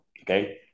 Okay